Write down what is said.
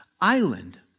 island